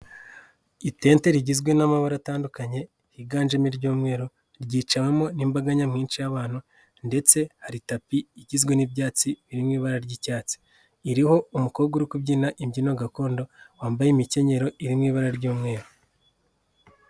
Itente rigizwe n'amabara atandukanye, higanjemo iry'umweru, ryicawemo n'imbaga nyamwinshi y'abantu, ndetse hari tapi igizwe n'ibyatsi biri mu ibara ry'icyatsi. Iriho umukobwa uri kubyina imbyino gakondo, wambaye imikenyero iri mu ibara ry'umweru.